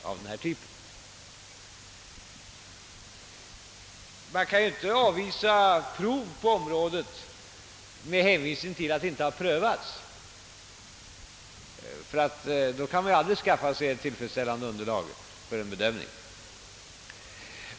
Man kan ju inte avvisa förslaget om att göra försök på området med hänvisning till att saken inte har prövats. Då kan vi ju aldrig skaffa oss ett tillfredsställande underlag för en bedömning.